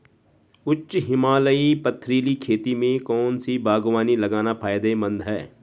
उच्च हिमालयी पथरीली खेती में कौन सी बागवानी लगाना फायदेमंद है?